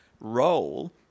role